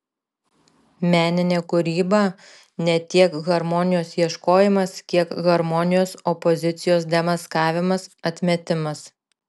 meninė kūryba ne tiek harmonijos ieškojimas kiek harmonijos opozicijos demaskavimas atmetimas